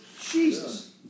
Jesus